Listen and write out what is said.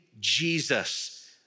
Jesus